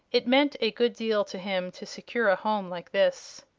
it meant a good deal to him to secure a home like this.